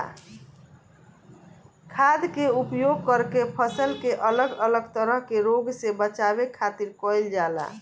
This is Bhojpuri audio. खाद्य के उपयोग करके फसल के अलग अलग तरह के रोग से बचावे खातिर कईल जाला